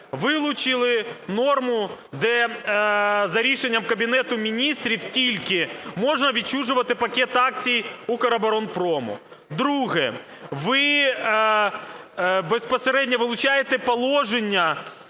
Вилучили норму, де за рішенням Кабінету Міністрів тільки можна відчужувати пакет акцій "Укроборонпрому". Друге. Ви безпосередньо вилучаєте положення